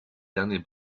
dernier